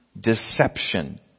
deception